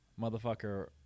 motherfucker